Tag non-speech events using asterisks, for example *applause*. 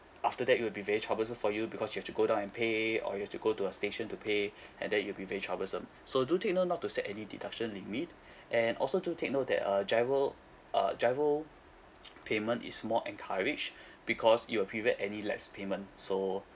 after that it will be very troublesome for you because you have to go down and pay or you have to go to a station to pay *breath* and then it'll be very troublesome *breath* so do take note not to set any deduction limit *breath* and also do take note that uh giro uh giro *noise* payment is more encouraged *breath* because it will period any less payment so